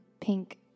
pink